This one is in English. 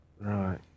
Right